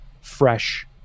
fresh